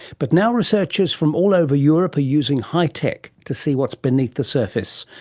but now researchers from all over europe are using high-tech to see what's beneath the surface,